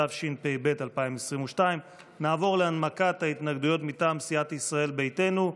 התשפ"ב 2022. נעבור להנמקת ההתנגדויות מטעם סיעת ישראל ביתנו.